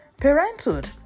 Parenthood